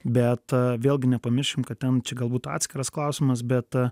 bet vėlgi nepamirškim kad ten čia galbūt atskiras klausimas bet